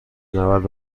نود